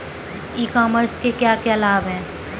ई commerce के क्या क्या लाभ हैं?